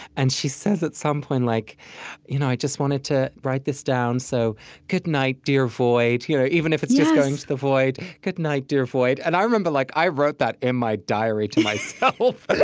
and she says, at some point, like you know i just wanted to write this down. so good night, dear void. you know even if it's just going into the void, good night, dear void. and i remember, like, i wrote that in my diary to myself.